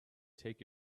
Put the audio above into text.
take